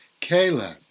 Caleb